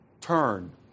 turn